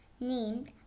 named